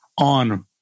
on